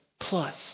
plus